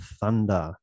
Thunder